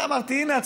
אמרתי: הינה,